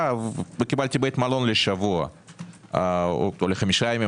וקיבלתי בית מלון לשבוע או לחמישה ימים,